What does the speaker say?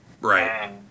Right